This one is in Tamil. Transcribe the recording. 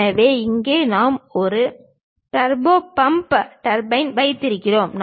எனவே இங்கே நாம் ஒரு டர்போ பம்ப் டர்பைன் வைத்திருக்கிறோம்